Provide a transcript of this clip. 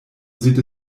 sieht